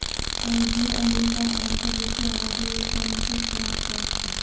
आइझो अमरीकार आधा स बेसी आबादी ई कॉमर्सेर इस्तेमाल करछेक